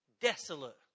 desolate